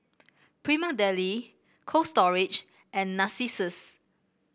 Prima Deli Cold Storage and Narcissus